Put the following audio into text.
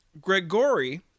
Gregory